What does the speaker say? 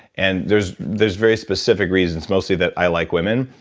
and there's there's very specific reasons mostly that i like women,